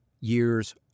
years